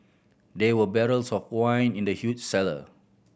there were barrels of wine in the huge cellar